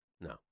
No